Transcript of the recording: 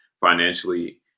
financially